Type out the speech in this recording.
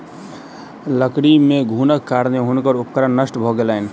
लकड़ी मे घुनक कारणेँ हुनकर उपकरण नष्ट भ गेलैन